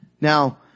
Now